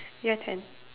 your turn